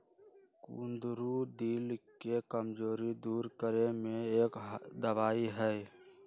कुंदरू दिल के कमजोरी दूर करे में एक दवाई हई